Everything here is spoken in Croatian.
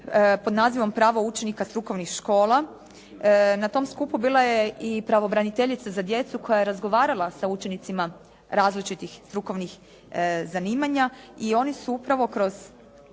pod nazivom pravo učenika strukovnih škola. Na tom skupu bila je i pravobraniteljica za djecu koja je razgovarala sa učenicima različitih strukovnih zanimanja i oni su upravo kroz